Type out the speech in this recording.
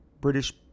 British